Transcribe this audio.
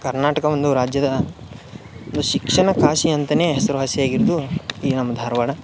ಕರ್ನಾಟಕ ಒಂದು ರಾಜ್ಯದ ಶಿಕ್ಷಣ ಕಾಶಿ ಅಂತನೇ ಹೆಸರುವಾಸಿಯಾಗಿದ್ದು ಈ ನಮ್ಮ ಧಾರವಾಡ